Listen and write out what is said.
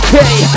Okay